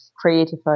creative